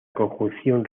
conjunción